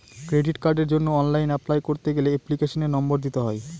credit কার্ডের জন্য online apply করতে গেলে এপ্লিকেশনের নম্বর দিতে হয়